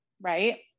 Right